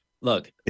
Look